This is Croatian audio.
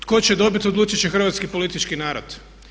Tko će dobiti, odlučiti će hrvatski politički narod.